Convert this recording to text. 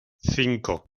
cinco